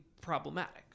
problematic